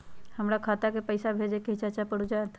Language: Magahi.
हमरा खाता के पईसा भेजेए के हई चाचा पर ऊ जाएत?